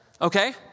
Okay